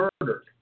murdered